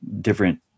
different